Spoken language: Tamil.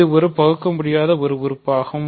இது ஒரு பகுக்கமுடியாத ஒரு உறுப்பாகும்